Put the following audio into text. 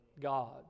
God